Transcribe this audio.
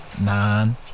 nine